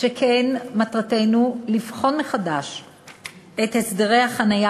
שכן מטרתנו לבחון מחדש את הסדרי החניה